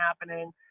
happening